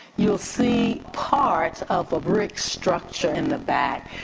you'll see parts of a brick structure in the back.